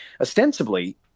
ostensibly